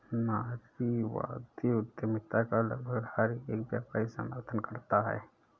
नारीवादी उद्यमिता का लगभग हर एक व्यापारी समर्थन करता है